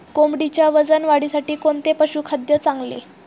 कोंबडीच्या वजन वाढीसाठी कोणते पशुखाद्य चांगले?